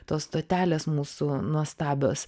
tos stotelės mūsų nuostabios